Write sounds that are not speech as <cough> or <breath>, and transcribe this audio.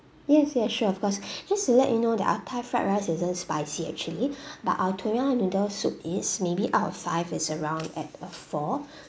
yes yes sure of course <breath> just to let you know that our thai fried rice isn't spicy actually <breath> but our tom yum noodle soup is maybe out of five it's around at a four <breath>